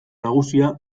nagusia